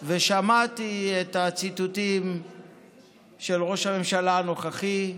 שמעתי את הציטוטים של ראש הממשלה הנוכחי,